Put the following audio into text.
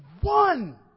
one